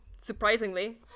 surprisingly